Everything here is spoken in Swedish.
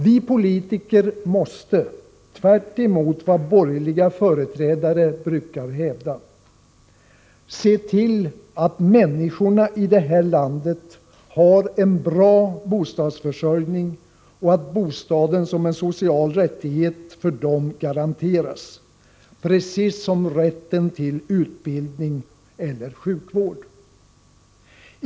Vi politiker måste — tvärtemot vad borgerliga företrädare brukar hävda — se till att människorna i det här landet har en bra bostadsförsörjning och att bostaden som en social rättighet för dem garanteras, precis som rätten till utbildning eller sjukvård.